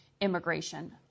immigration